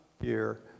year